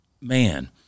man